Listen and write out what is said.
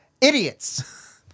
Idiots